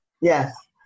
Yes